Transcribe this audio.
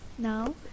Now